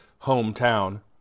hometown